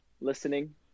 listening